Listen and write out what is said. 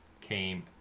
came